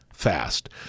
Fast